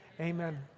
amen